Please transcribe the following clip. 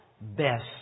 best